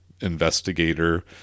investigator